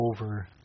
over